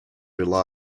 rely